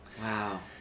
Wow